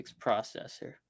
processor